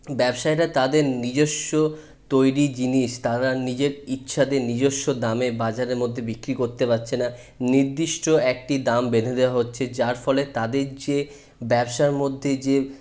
ব্যবসায়ীরা তাদের নিজস্ব তৈরি জিনিস তারা নিজের ইচ্ছাতে নিজস্ব দামে বাজারের মধ্যে বিক্রি করতে পারছে না নির্দিষ্ট একটি দাম বেধে দেওয়া হচ্ছে যার ফলে তাদের যে ব্যবসার মধ্যে যে